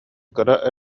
кыра